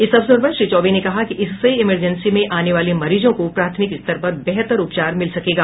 इस अवसर पर श्री चौबे ने कहा कि इससे इमरजेंसी में आने वाले मरीजों को प्राथमिक स्तर पर बेहतर उपचार मिल सकेगा